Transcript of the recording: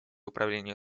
управления